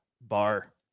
bar